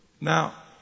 Now